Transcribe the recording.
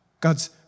God's